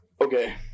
Okay